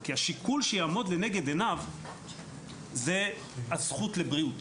כי השיקול שיעמוד לנגד עיניו הוא הזכות לבריאות,